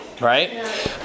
right